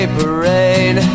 Parade